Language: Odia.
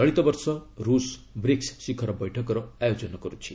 ଚଳିତ ବର୍ଷ ରୁଷ ବ୍ରିକ୍କୁ ଶିଖର ବୈଠକର ଆୟୋଜନ କରୁଛି